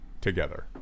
together